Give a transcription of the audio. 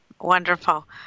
Wonderful